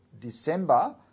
December